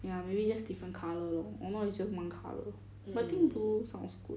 ya maybe just different colour lor or not is just one colour but I think blue sounds good